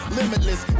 limitless